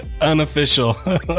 Unofficial